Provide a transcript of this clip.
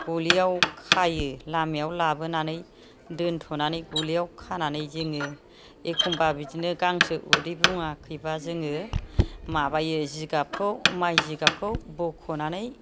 गलियाव खायो लामायाव लाबोनानै दोनथ'नानै गलियाव खानानै जोङो एखनबा बिदिनो गांसो उदै बुङाखैबा जोङो माबायो जिगाबखौ माइ जिगाबखौ बख'नानै